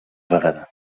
vegada